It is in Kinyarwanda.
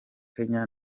kenya